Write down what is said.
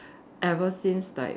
ever since like